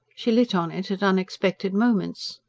she lit on it at unexpected moments.